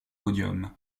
podium